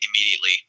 immediately